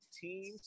teams